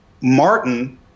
Martin